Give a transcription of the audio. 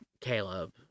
Caleb